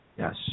Yes